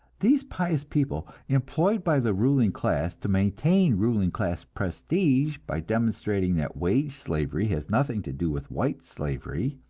these pious people, employed by the ruling class to maintain ruling class prestige by demonstrating that wage slavery has nothing to do with white slavery,